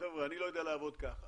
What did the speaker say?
חבר'ה, אני לא יודע לעבוד ככה.